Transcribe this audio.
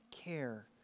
care